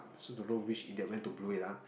also don't know which idiot went to blew it up